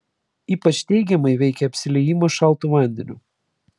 ypač teigiamai veikia apsiliejimas šaltu vandeniu